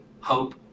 hope